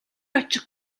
очих